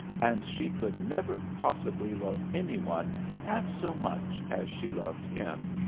and she could never possibly love any one half so much as she loved him,